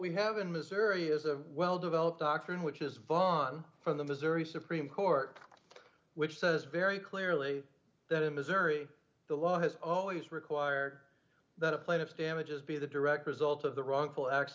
we have in missouri is a well developed actor which is vonn from the missouri supreme court which says very clearly that in missouri the law has always required that a plaintiff damages be the direct result of the wrongful acts